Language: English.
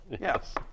Yes